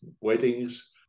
weddings